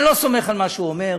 אני לא סומך על מה שהוא אומר,